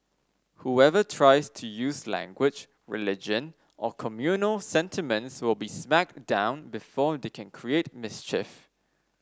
whoever tries to use language religion or communal sentiments will be smacked down before they can create mischief